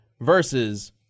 versus